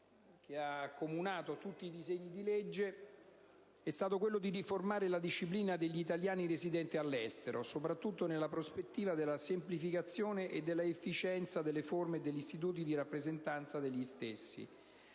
che ha accomunato tutti i disegni di legge è stato quello di riformare la disciplina degli italiani residenti all'estero, soprattutto nella prospettiva della semplificazione e dell'efficienza delle forme e degli istituti di rappresentanza degli stessi.